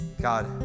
God